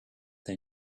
they